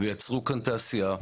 ויצרו כאן תעשייה,